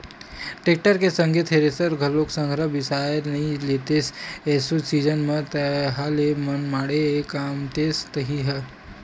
tractor के संग thresher घलोक संघरा बिसा नइ लेतेस एसो सीजन म ताहले मनमाड़े कमातेस तही ह